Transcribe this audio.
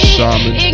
Shaman